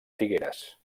figueres